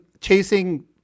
chasing